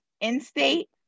in-state